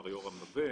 מר יורם נווה,